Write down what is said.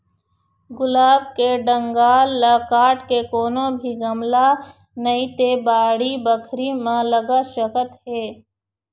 गुलाब के डंगाल ल काट के कोनो भी गमला नइ ते बाड़ी बखरी म लगा सकत हे